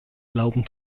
glauben